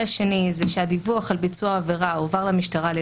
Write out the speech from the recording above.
מקרה נוסף הוא שהדיווח על ביצוע העבירה הועבר למשטרה על